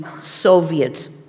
Soviets